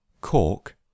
Cork